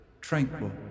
tranquil